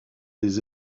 des